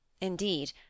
Indeed